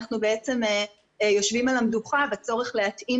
אנחנו יושבים על המדוכה בצורך להתאים